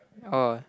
oh